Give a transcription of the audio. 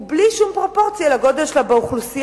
הוא בלי שום פרופורציה לגודל שלה באוכלוסייה,